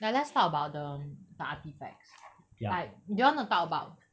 like let's talk about the um the artifacts like do you want to talk about